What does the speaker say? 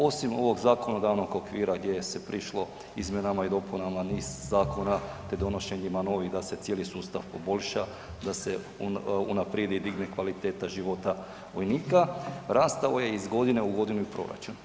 Osim ovog zakonodavnog okvira gdje se prišlo izmjenama i dopunama niz zakona te donošenjima novih da cijeli sustav poboljša, da se unaprijedi i digne kvaliteta života vojnika, rastao je iz godine i godinu i proračun.